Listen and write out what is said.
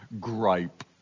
gripe